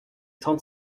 trente